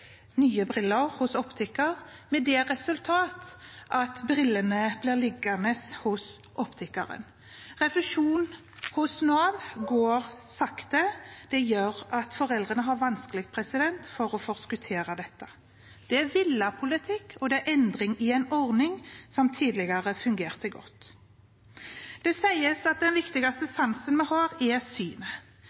nye briller, hos optiker, med det resultat at brillene blir liggende hos optikeren. Å få refusjon fra Nav går sakte, og det gjør at foreldrene har vanskelig for å forskuttere dette. Dette er villet politikk, og det er endring i en ordning som tidligere fungerte godt. Det sies at den viktigste sansen vi har, er synet,